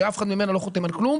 שאף אחד ממנו לא חותם על כלום,